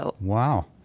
Wow